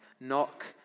Knock